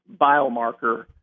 biomarker